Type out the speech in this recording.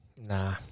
Nah